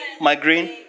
migraine